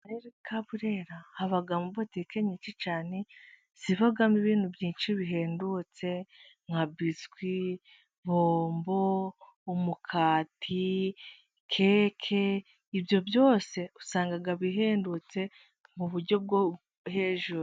Akarere ka Burera habamo butike nyinshi cyane, zivamo ibintu byinshi bihendutse nka biswi, bombo, umukati keke, ibyo byose usanga bihendutse mu buryo bwo hejuru.